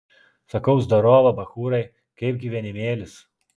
sakau zdarova bachūrai kaip gyvenimėlis